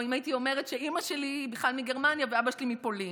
או אם הייתי אומרת שאימא שלי בכלל מגרמניה ואבא שלי מפולין.